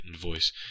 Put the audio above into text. voice